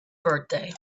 birthday